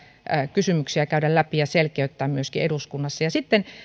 kysymyksiä käydä läpi ja selkeyttää myöskin eduskunnassa sitten